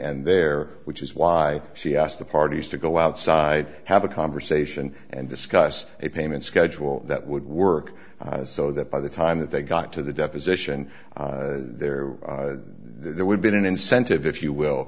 and there which is why she asked the parties to go outside have a conversation and discuss a payment schedule that would work so that by the time that they got to the deposition there there would be an incentive if you will